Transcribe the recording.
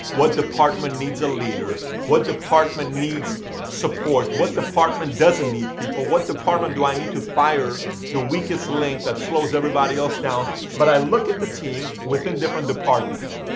what department needs a leader, what department needs support, what department doesn't need people, what department do i need to fire the weakest link that slows everybody else down. but i look at the team within different departments.